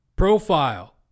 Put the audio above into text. Profile